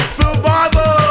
survival